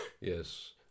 Yes